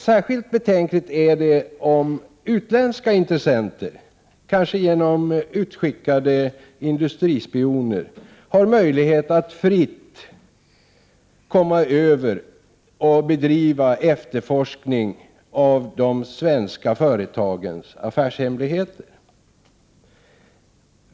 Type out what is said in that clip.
Särskilt betänkligt är det om utländska intressenter — kanske genom utskickade industrispioner — har möjlighet att fritt bedriva efterforskning av de svenska företagens affärshemligheter.